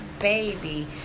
baby